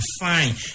fine